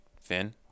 fin